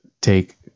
take